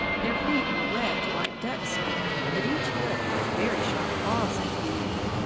their feet were webbed like duck's feet, but each foot had very sharp claws at the end.